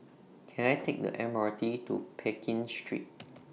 Can I Take The M R T to Pekin Street